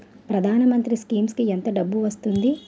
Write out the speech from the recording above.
ప్రధాన మంత్రి స్కీమ్స్ కీ ఎంత డబ్బు వస్తుంది?